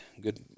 Good